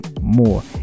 more